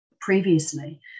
previously